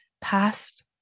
past